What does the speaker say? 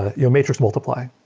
you know matrix multiply.